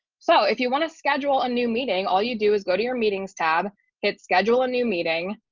so if you want to schedule a new meeting, all you do is go to your meetings tab, hit schedule a new meeting,